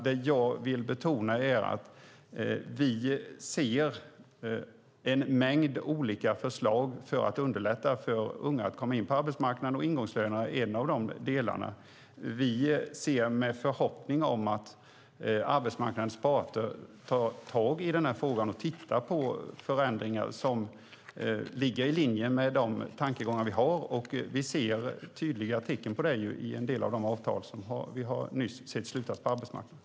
Det jag vill betona är att vi ser en mängd olika förslag för att underlätta för unga att komma in på arbetsmarknaden, och ingångslönerna är en av de delarna. Vi har en förhoppning om att arbetsmarknadens parter tar tag i frågan och tittar på förändringar som ligger i linje med de tankegångar som vi har, och vi ser tydliga tecken på det i en del av de avtal som vi nyss har sett slutas på arbetsmarknaden.